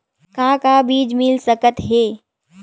का का बीज मिल सकत हे?